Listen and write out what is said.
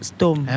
Storm